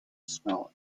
spell